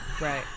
Right